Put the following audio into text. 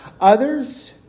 others